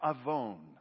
avon